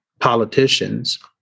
politicians